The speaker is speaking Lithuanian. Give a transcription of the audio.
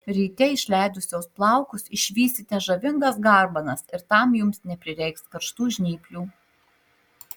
ryte išleidusios plaukus išvysite žavingas garbanas ir tam jums neprireiks karštų žnyplių